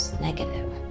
Negative